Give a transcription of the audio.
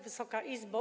Wysoka Izbo!